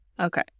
okay